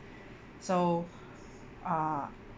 so uh